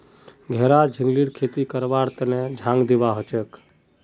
घेरा झिंगलीर खेती करवार तने झांग दिबा हछेक